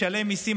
הוא משלם מיסים,